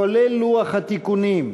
כולל לוח התיקונים,